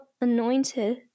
anointed